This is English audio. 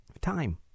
time